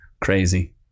crazy